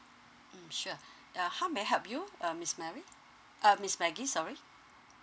mm sure uh how may I help you uh miss mary uh miss maggie sorry